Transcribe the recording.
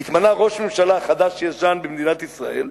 התמנה ראש ממשלה חדש-ישן במדינת ישראל,